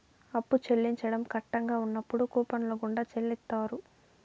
అప్పు చెల్లించడం కట్టంగా ఉన్నప్పుడు కూపన్ల గుండా చెల్లిత్తారు